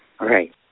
Right